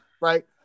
right